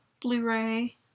Blu-ray